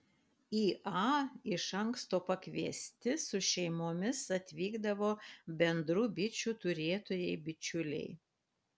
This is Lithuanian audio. į a iš anksto pakviesti su šeimomis atvykdavo bendrų bičių turėtojai bičiuliai